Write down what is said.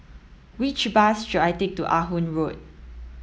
which bus should I take to Ah Hood Road